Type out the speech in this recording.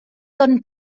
ton